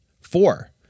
Four